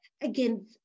again